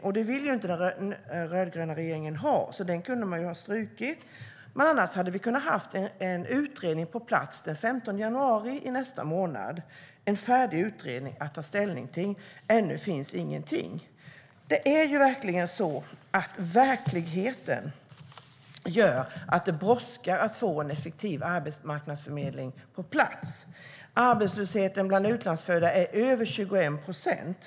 Detta vill inte den rödgröna regeringen ha, så den punkten kunde man ha strukit. Men annars hade vi kunnat ha en färdig utredning att ta ställning till den 15 januari, nästa månad. Ännu finns dock ingenting. Verkligheten gör att det verkligen brådskar att få en effektiv arbetsförmedling på plats. Arbetslösheten bland utlandsfödda är över 21 procent.